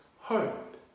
hope